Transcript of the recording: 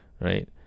right